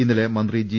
ഇന്നലെ മന്ത്രി ജി